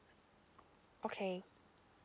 okay